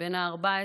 בן ה-14,